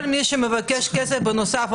כל מי שמבקש כסף בנוסף,